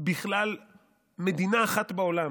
בכלל מדינה אחת בעולם